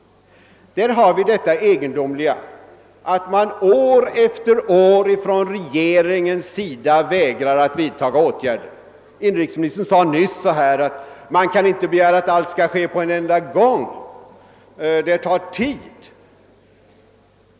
Jag anser den frågan vara särskilt viktig. Här har vi det egendomliga förhållandet, att regeringen år efter år vägrar att vidta åtgärder. Inrikesministern sade nyss att man inte kan begära att allt skall ske på en enda gång, att det tar tid.